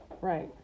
Right